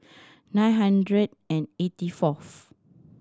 nine hundred and eighty fourth